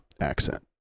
accent